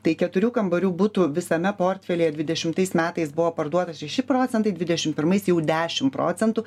tai keturių kambarių butų visame portfelyje dvidešimtais metais buvo parduota šeši procentai dvidešimt pirmais jau dešimt procentų